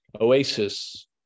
Oasis